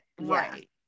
Right